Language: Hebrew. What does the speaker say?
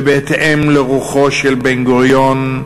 ובהתאם לרוחו של בן-גוריון,